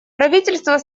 правительство